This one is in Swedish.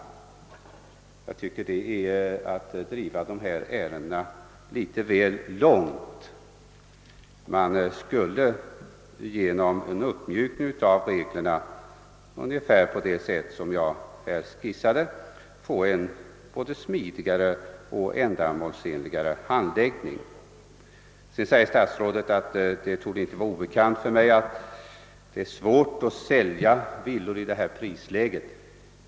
Det är, tycker jag, att driva dessa ärenden litet väl långt. Genom en uppmjukning av reglerna ungefär så som jag skissade skulle man kunna få en både smidigare och mer ändamålsenlig handläggning. Statsrådet sade vidare att det inte torde vara obekant för mig att det är svårt att sälja villor i detta prisläge.